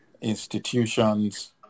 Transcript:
institutions